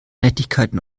nettigkeiten